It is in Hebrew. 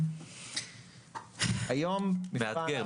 זה מאתגר.